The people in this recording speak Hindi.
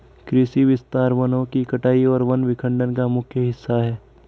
कृषि विस्तार वनों की कटाई और वन विखंडन का मुख्य हिस्सा है